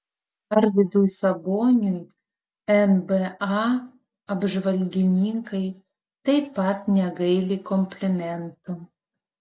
arvydui saboniui nba apžvalgininkai taip pat negaili komplimentų